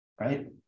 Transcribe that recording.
right